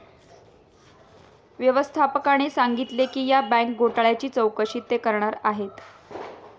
व्यवस्थापकाने सांगितले की या बँक घोटाळ्याची चौकशी ते करणार आहेत